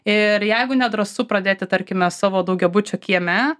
ir jeigu nedrąsu pradėti tarkime savo daugiabučio kieme